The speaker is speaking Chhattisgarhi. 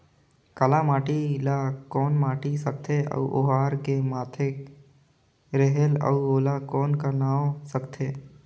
काला माटी ला कौन माटी सकथे अउ ओहार के माधेक रेहेल अउ ओला कौन का नाव सकथे?